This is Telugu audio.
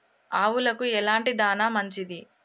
ఆవులకు ఎలాంటి దాణా మంచిది?